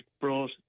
brought